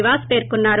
నివాస్ పేర్కొన్నారు